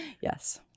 Yes